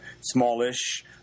smallish